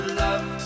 love